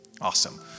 Awesome